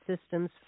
Systems